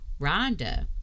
rhonda